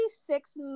six